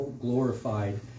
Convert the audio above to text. glorified